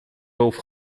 both